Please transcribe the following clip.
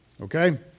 okay